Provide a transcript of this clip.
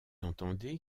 entendez